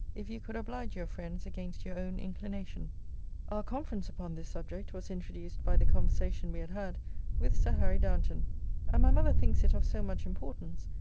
if you could oblige your friends against your own inclination. our conference upon this subject was introduced by the conversation we had had with sir harry downeton and my mother thinks it of so much importance,